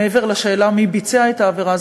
מעבר לשאלה מי ביצע את העבירה,